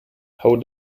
how